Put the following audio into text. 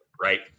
right